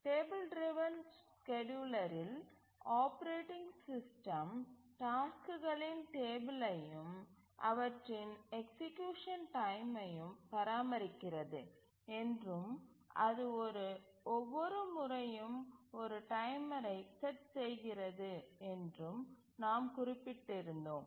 table driven ஸ்கேட்யூலரில் operating system டாஸ்க்குகளின் டேபிளையும் அவற்றின் எக்சீக்யூசன் டைமையும் பராமரிக்கிறது என்றும் அது ஒவ்வொரு முறையும் ஒரு டைமரை செட் செய்கிறது என்றும் நாம் குறிப்பிட்டிருந்தோம்